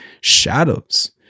shadows